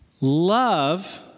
Love